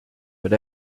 but